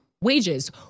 wages